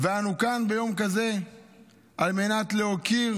ואנו כאן ביום כזה על מנת להוקיר